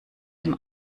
dem